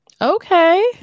Okay